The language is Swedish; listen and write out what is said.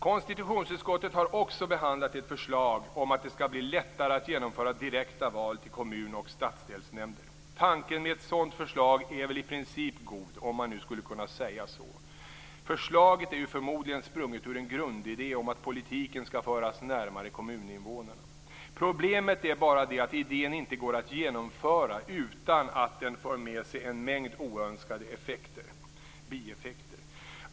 Konstitutionsutskottet har också behandlat ett förslag om att det skall bli lättare att genomföra direkta val till kommun och stadsdelsnämnder. Tanken med ett sådant förslag är väl i princip god - om man nu skulle kunna säga så. Förslaget är förmodligen sprunget ur en grundidé om att politiken skall föras närmare kommuninvånarna. Problemet är bara att idén inte går att genomföra utan att den för med sig en mängd oönskade bieffekter.